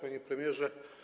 Panie Premierze!